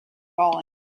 falling